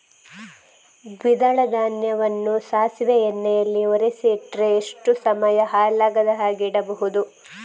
ದ್ವಿದಳ ಧಾನ್ಯವನ್ನ ಸಾಸಿವೆ ಎಣ್ಣೆಯಲ್ಲಿ ಒರಸಿ ಇಟ್ರೆ ಎಷ್ಟು ಸಮಯ ಹಾಳಾಗದ ಹಾಗೆ ಇಡಬಹುದು?